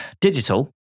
Digital